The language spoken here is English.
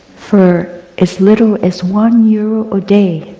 for as little as one euro a day,